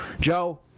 Joe